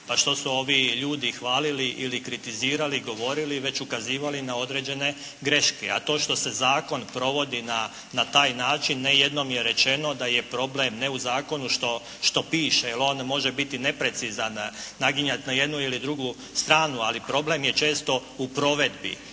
A što su ovi ljudi hvalili ili kritizirali, govorili, već ukazivali na određene greške. A to što se zakon provodi na taj način ne jednom je rečeno da je problem ne u zakonu što piše jer on može biti neprecizan, naginjati na jednu ili drugu stranu ali problem je često u provedbi.